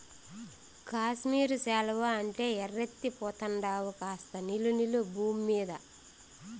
కాశ్మీరు శాలువా అంటే ఎర్రెత్తి పోతండావు కాస్త నిలు నిలు బూమ్మీద